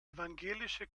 evangelische